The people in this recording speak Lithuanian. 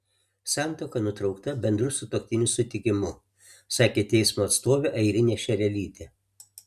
santuoka nutraukta bendru sutuoktinių sutikimu sakė teismo atstovė airinė šerelytė